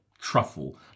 truffle